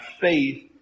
faith